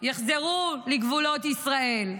יחזרו לגבולות ישראל.